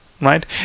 right